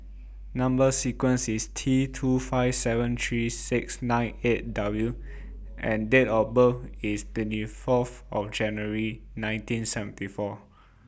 Number sequence IS T two five seven three six nine eight W and Date of birth IS twenty Fourth of January nineteen seventy four